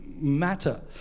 matter